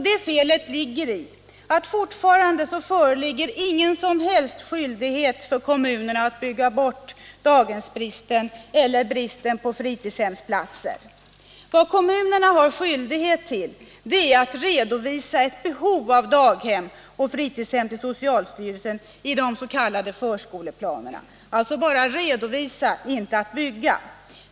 Det felet ligger i att fortfarande föreligger det ingen som helst skyldighet för kommunerna att bygga bort daghemsbristen eller bristen på fritidshemsplatser. Vad kommunerna har skyldighet till är att redovisa ett behov av daghem och fritidshem till socialstyrelsen i de s.k. förskoleplanerna — alltså bara redovisa, inte bygga!